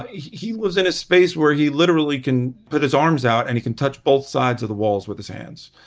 he he was in a space where he literally can put his arms out and he can touch both sides of the walls with his hands.